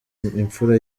imfura